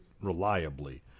reliably